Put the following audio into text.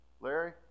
Larry